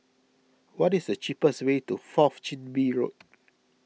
what is the cheapest way to Fourth Chin Bee Road